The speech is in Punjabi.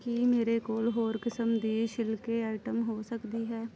ਕੀ ਮੇਰੇ ਕੋਲ ਹੋਰ ਕਿਸਮ ਦੇ ਛਿਲਕੇ ਆਈਟਮ ਹੋ ਸਕਦੀ ਹੈ